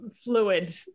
fluid